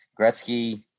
Gretzky